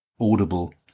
Audible